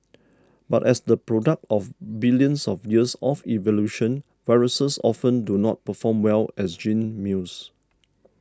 but as the product of billions of years of evolution viruses often do not perform well as gene mules